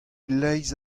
leizh